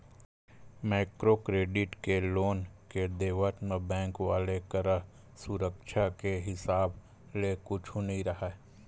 micro credit के loan के देवत म बेंक वाले करा सुरक्छा के हिसाब ले कुछु नइ राहय